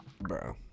Bro